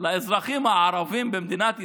לאזרחים הערבים במדינת ישראל?